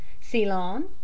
Ceylon